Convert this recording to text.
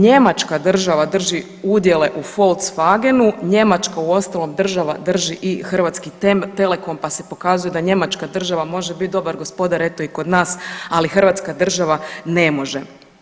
Njemačka država drži udjele u Volkswagenu, Njemačka uostalom država drži i Hrvatski telekom pa se pokazuje da Njemačka država može biti dobar gospodar eto i kod nas, ali Hrvatska država ne može.